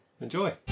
Enjoy